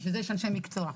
זה אנשי מקצוע.